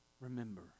Remember